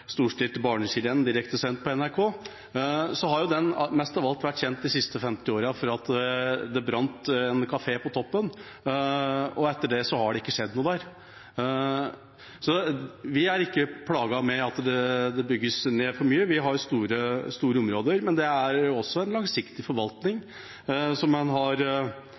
storstilt barneskirenn direktesendt på NRK, har mest av alt vært kjent de siste 50 årene for at det brant en kafé på toppen, og etter det har det ikke skjedd noe der. Vi er ikke plaget med at det bygges ned for mye. Vi har store områder. Men det er også en langsiktig forvaltning som bevisste lokalpolitikere har